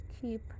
keep